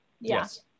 Yes